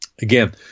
Again